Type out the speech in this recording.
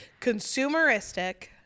Consumeristic